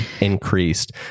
increased